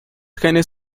genes